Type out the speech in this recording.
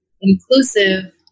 inclusive